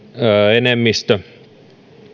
enemmistö